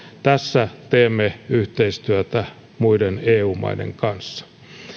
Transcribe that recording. tässä teemme yhteistyötä muiden eu maiden kanssa